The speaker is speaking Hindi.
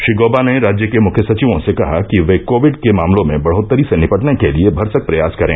श्री गौबा ने राज्य के मुख्य सचिवों से कहा कि वे कोविड के मामलों में बढोत्तरी से निपटने के लिए भरसक प्रयास करें